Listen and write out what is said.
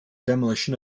demolition